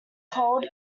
cold